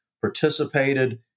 participated